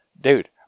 dude